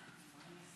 בבקשה,